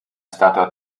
stata